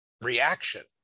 reaction